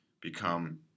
become